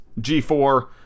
G4